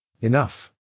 Enough